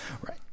Right